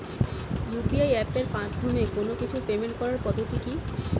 UPI এপের মাধ্যমে কোন কিছুর পেমেন্ট করার পদ্ধতি কি?